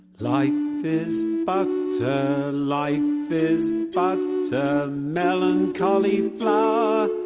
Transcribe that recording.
life is but life is but a melancholy-flower.